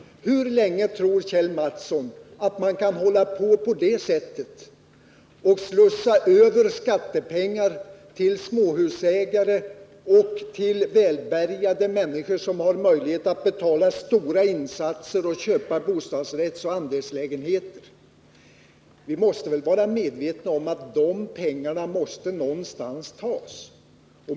Hur länge tror Kjell Mattsson att man kan fortsätta att slussa över skattepengar till småhusägare och till välbärgade människor som har möjlighet att betala stora insatser och köpa bostadsrättsoch andelslägenheter? Man måste väl vara medveten om att dessa pengar måste tas någonstans.